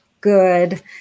good